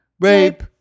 Rape